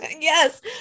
yes